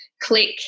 click